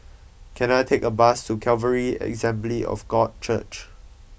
can I take a bus to Calvary Assembly of God Church